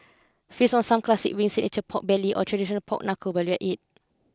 feast on some classic wings pork belly or traditional pork knuckle it